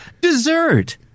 Dessert